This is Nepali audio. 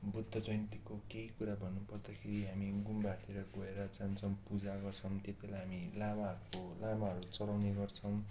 बुद्ध जयन्तीको केही कुरा भन्नुपर्दाखेरि हामी गुम्बाहरूतिर गएर जान्छौँ पूजा गर्छौँ त्यतिबेला हामी लामाहरूको लामाहरू चलाउने गर्छौँ